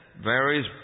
varies